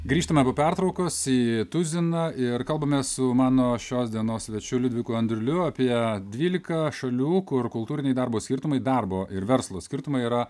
grįžtame po pertraukos į tuziną ir kalbamės su mano šios dienos svečiu liudviku andriuliu apie dvylika šalių kur kultūriniai darbo skirtumai darbo ir verslo skirtumai yra